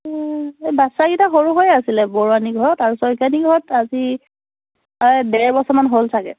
এই বাচ্ছাকেইটা সৰু হৈ আছিলে বৰুৱানী ঘৰত আৰু শইকীয়ানী ঘৰত আজি প্ৰায় ডেৰ বছৰমান হ'ল চাগে